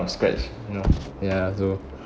from scratch you know ya so